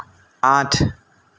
আঠ